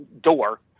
door